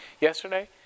yesterday